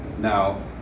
Now